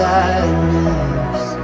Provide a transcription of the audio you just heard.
Sadness